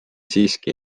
siiski